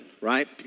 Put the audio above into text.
right